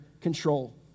control